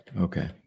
Okay